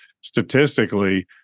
statistically